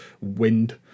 wind